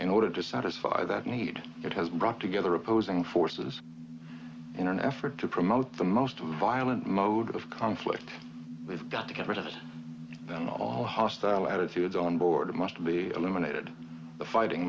in order to satisfy that need that has brought together opposing forces in an effort to promote the most violent mode of conflict we've got to get rid of then all hostile attitudes on board must be eliminated the fighting